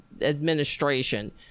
administration